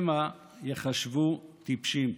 שמא ייחשבו טיפשים.